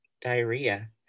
diarrhea